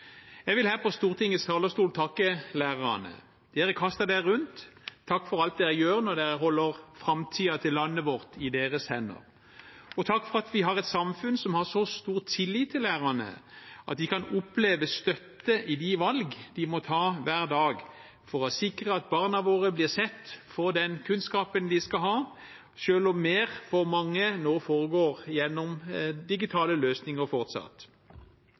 Jeg vil her fra Stortingets talerstol takke lærerne. Dere kastet dere rundt. Takk for alt dere gjør når dere holder framtiden til landet vårt i deres hender. Og takk for at vi har et samfunn som har så stor tillit til lærerne at de kan oppleve støtte i de valg de må ta hver dag for å sikre at barna våre blir sett og får den kunnskapen de skal ha, selv om mer – for mange – nå fortsatt foregår gjennom digitale løsninger.